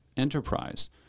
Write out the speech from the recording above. enterprise